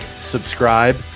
subscribe